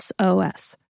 SOS